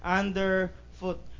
underfoot